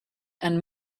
and